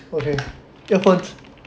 okay earphones